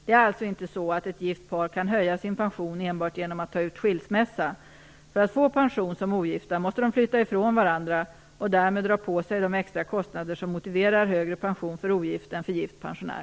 Det är alltså inte så att ett gift par kan höja sin pension enbart genom att ta ut skilsmässa. För att få pension som ogifta måste de flytta ifrån varandra och därmed dra på sig de extra kostnader som motiverar högre pension för ogift än för gift pensionär.